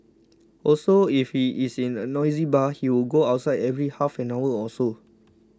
also if he is in a noisy bar he would go outside every half an hour or so